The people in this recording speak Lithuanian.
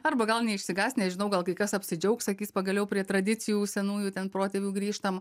arba gal neišsigąs nežinau gal kai kas apsidžiaugs sakys pagaliau prie tradicijų senųjų ten protėvių grįžtam